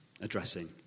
addressing